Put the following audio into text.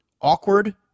awkward